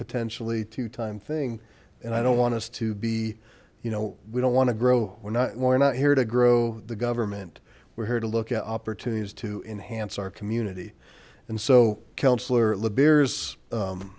potentially two time thing and i don't want us to be you know we don't want to grow we're not we're not here to grow the government we're here to look at opportunities to enhance our community and so